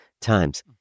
times